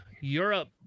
Europe